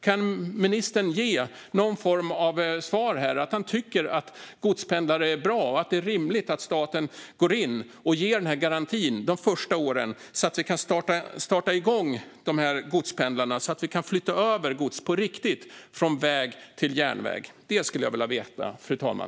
Kan ministern ge någon form av svar? Tycker han att godspendlar är bra och att det är rimligt att staten går in och ger denna garanti de första åren så att vi kan sätta igång dessa godspendlar och på riktigt flytta över gods från väg till järnväg? Det skulle jag vilja veta, fru talman.